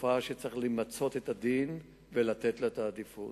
תופעה שצריך למצות את הדין ולתת לה את העדיפות.